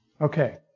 Okay